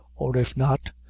or if not,